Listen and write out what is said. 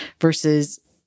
versus